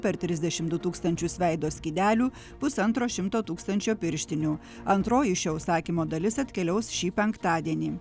per trisdešim du tūkstančius veido skydelių pusantro šimto tūkstančio pirštinių antroji šio užsakymo dalis atkeliaus šį penktadienį